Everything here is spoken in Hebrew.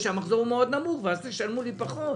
שהמחזור נמוך מאוד ואז תשלמו לי פחות.